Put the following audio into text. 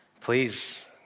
Please